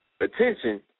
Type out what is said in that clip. attention